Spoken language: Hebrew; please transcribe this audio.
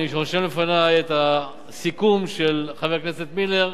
אני רושם בפני את הסיכום של חבר הכנסת מילר,